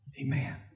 Amen